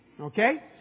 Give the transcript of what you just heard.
Okay